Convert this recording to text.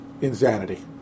insanity